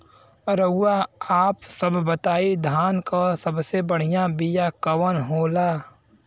रउआ आप सब बताई धान क सबसे बढ़ियां बिया कवन होला?